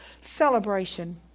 celebration